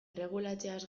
erregulatzeaz